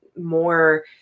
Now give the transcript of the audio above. more